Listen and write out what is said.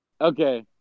Okay